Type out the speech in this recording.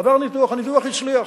עבר ניתוח, הניתוח הצליח.